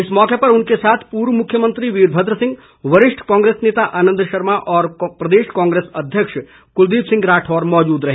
इस मौके पर उनके साथ पूर्व मुख्यमंत्री वीरभद्र सिंह वरिष्ठ कांग्रेस नेता आनंद शर्मा और प्रदेश कांग्रेस अध्यक्ष कुलदीप राठौर मौजूद रहे